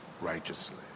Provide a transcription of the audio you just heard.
righteously